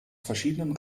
verschiedenen